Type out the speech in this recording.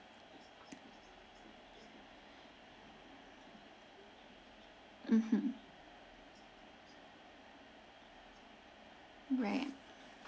mmhmm right